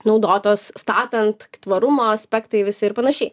naudotos statant tvarumo aspektai visi ir panašiai